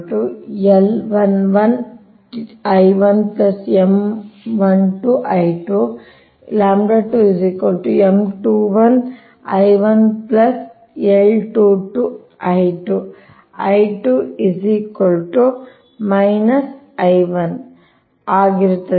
flux link ಆಗಿರುತ್ತದೆ